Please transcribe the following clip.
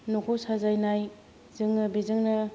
न'खौ साजायनाय जोङो बेजोंनो